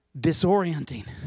Disorienting